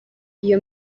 iyo